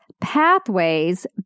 pathways